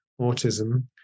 autism